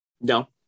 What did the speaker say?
No